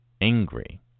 angry